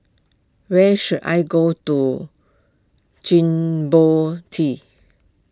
where should I go to Djibouti